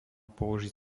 použiť